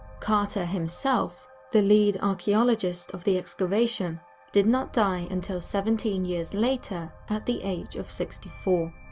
carter himself the lead archaeologist of the excavation did not die until seventeen years later, at the age of sixty four.